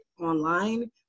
online